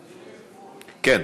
כן.